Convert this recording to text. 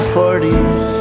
parties